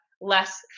less